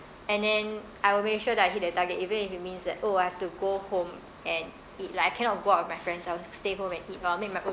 and then I will make sure that I hit the target even if it means that oh I have to go home and eat lah I cannot go out with my friends I will stay home and eat or I'll make my own